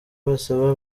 basaba